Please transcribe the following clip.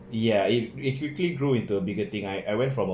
ya it it quickly grew into a bigger thing I I went from